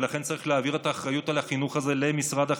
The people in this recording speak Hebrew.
ולכן צריך להעביר את האחריות לחינוך הזה למשרד החינוך,